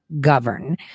govern